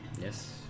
Yes